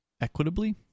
Equitably